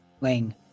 lane